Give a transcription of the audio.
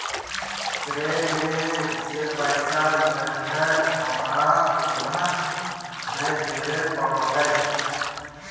श्रेय में जे पैसा लेलकय ओकरा तुरंत नय देबे पड़ो हइ